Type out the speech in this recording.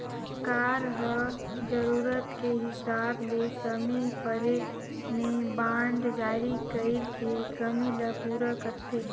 सरकार ह जरूरत के हिसाब ले समे परे में बांड जारी कइर के कमी ल पूरा करथे